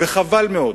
וחבל מאוד,